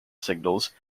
signals